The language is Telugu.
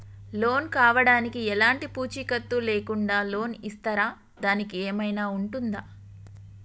లోన్ కావడానికి ఎలాంటి పూచీకత్తు లేకుండా లోన్ ఇస్తారా దానికి ఏమైనా ఉంటుందా?